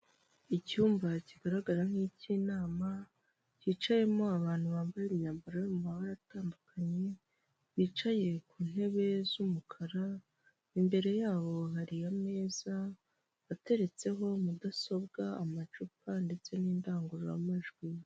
Icyumba kigaragara nk' icy'inama cyicayemo abantu bambaye imyambaro yo mu mabara atandukanye, bicaye ku ntebe z'umukara imbere yabo hari ameza ateretseho mudasobwa, amacupa, ndetse n'indangururamajwi.